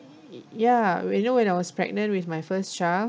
ya well you know when I was pregnant with my first child